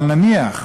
אבל נניח,